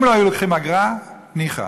אם לא היו לוקחים אגרה, ניחא.